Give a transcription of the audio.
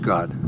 God